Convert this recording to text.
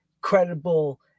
credible